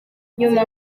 nzima